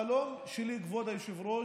החלום שלי הוא, כבוד היושב-ראש,